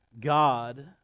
God